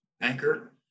anchor